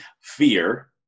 fear